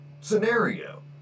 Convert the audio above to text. scenario